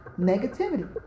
negativity